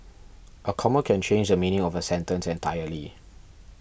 a comma can change the meaning of a sentence entirely